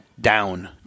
down